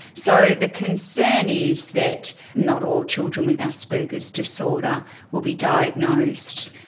so the concern is that not all children with asperger's disorder will be diagnosed.